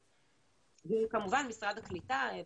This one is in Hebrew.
מה עם משרד הקליטה, קרן?